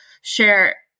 share